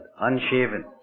unshaven